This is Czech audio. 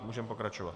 Můžeme pokračovat.